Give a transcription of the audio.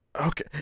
okay